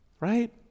Right